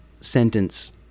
sentence